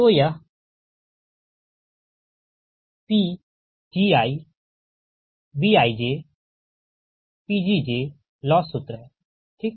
तो यह Pgi Bij Pgj loss सूत्र है ठीक